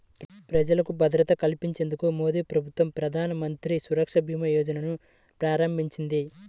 ప్రజలకు భద్రత కల్పించేందుకు మోదీప్రభుత్వం ప్రధానమంత్రి సురక్షభీమాయోజనను ప్రారంభించింది